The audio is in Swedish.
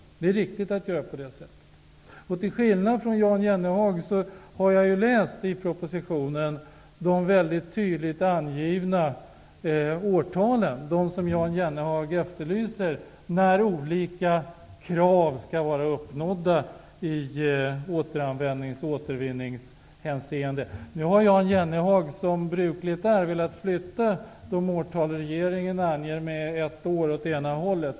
Det är viktigt att vi gör det. Till skillnad från Jan Jennehag har jag läst i propositionen de väldigt tydligt angivna årtalen -- dem som Jan Jennehag efterlyser -- när olika krav skall vara uppfyllda i återanvändnings och återvinningshänseenden. Jan Jennehag har som brukligt är velat flytta de årtal som regeringen har angivit med ett år åt ena hållet.